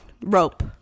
rope